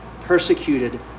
persecuted